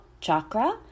chakra